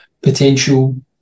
potential